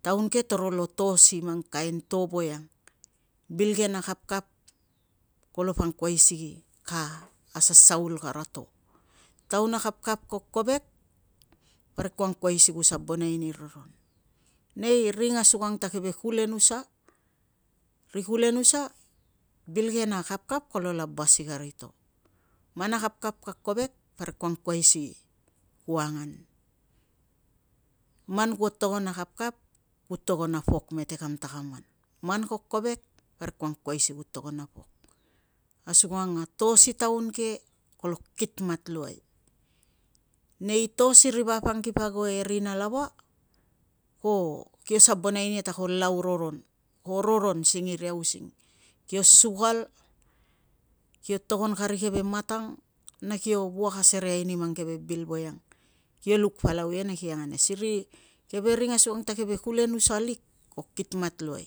Taun ke toro lo to si mang kain to voiang bil ke na kapkap kolo po angkuai si ka asasaul kara to. Taun a kapkap ko kovek, parik kupa angkuai si ku sabonai ni roron. Nei ring asukang ta keve kulenusa, ri kulenusa bil ke na kapkap kolo laba si kari to, man a kapkap ka kovek, parik luai ku angkuai si ku angan. Man kuo togon a kapkap, ku togon a pok mete kam takaman, man ko kovek parik ku angkuai si ku togon a pok. Asukang a to si taun ke kolo kitmat luai, nei to siri vap ang kipa ago e rina lava ko- kio sabonai jnia ta ko lau roron, ko roron singiria using kio sukal, kio togon kari keve matang na kio wuak asereai ani mang keve bil voiang kio luk palau ia na kio angan ia. Siri keve ring asukang ta keve kulenusa lik ko kitmat luai